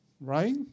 right